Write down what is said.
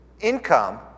income